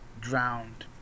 drowned